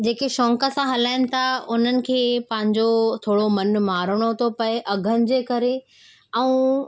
जेके शौक़ सां हलाइनि था उन्हनि खे पंहिंजो थोरो मनु मारिणो थो पए अघनि जे करे ऐं